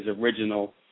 original